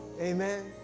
Amen